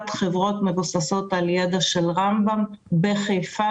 חברות מבוססות על ידע של רמב"ם בחיפה,